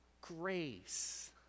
Grace